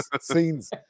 Scenes